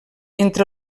entre